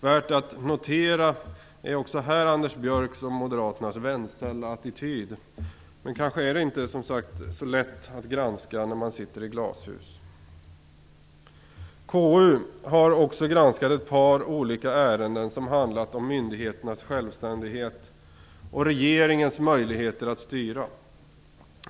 Värt att notera är också här Anders Björcks och moderaternas vänsälla attityd, men kanske är det inte, som sagt, så lätt att granska när man sitter i glashus. KU har också granskat ett par olika ärenden som handlat om myndigheternas självständighet och regeringens möjligheter att styra.